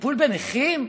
טיפול בנכים,